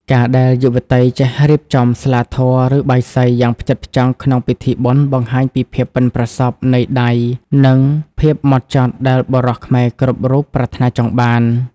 ការដែលយុវតីចេះរៀបចំ "ស្លាធម៌" ឬ "បាយសី" យ៉ាងផ្ចិតផ្ចង់ក្នុងពិធីបុណ្យ បង្ហាញពីភាពប៉ិនប្រសប់នៃដៃ និងភាពហ្មត់ចត់ដែលបុរសខ្មែរគ្រប់រូបប្រាថ្នាចង់បាន។